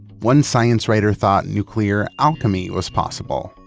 one science writer thought nuclear alchemy was possible,